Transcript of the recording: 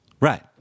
Right